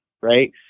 right